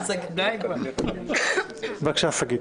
בבקשה, שגית.